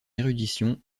érudition